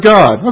God